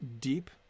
deep